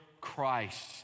Christ